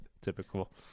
Typical